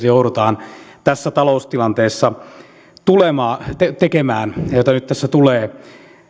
joudutaan tässä taloustilanteessa tekemään ja joita nyt tässä tulee